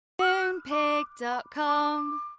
Moonpig.com